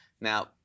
Now